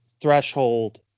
threshold